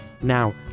Now